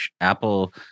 apple